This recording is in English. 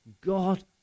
God